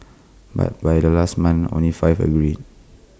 but by the last month only five agreed